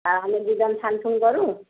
ଆ ଆମେ ଦୁଇଜଣ ଛାଣିଛୁଣି କରୁ